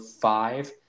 five